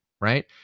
Right